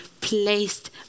placed